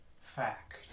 Fact